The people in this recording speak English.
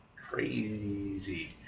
crazy